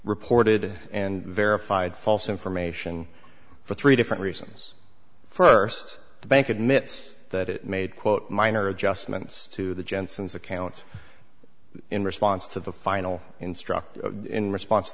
reported and verified false information for three different reasons first the bank admits that it made quote minor adjustments to the jensens accounts in response to the final instruct in response to